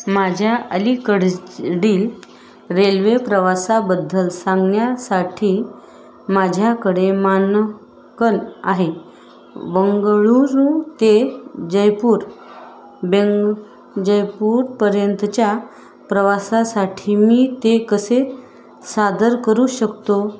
माझ्या अलीकडील रेल्वे प्रवासाबद्दल सांगण्यासाठी माझ्याकडे मानांकन आहे आहे बंगळुरू ते जयपूर बंगळुरू जयपूरपर्यंतच्या प्रवासासाठी मी ते कसे सादर करू शकतो